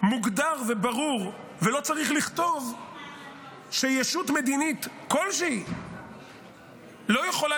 מוגדר וברור ולא צריך לכתוב שישות מדינית כלשהי לא יכולה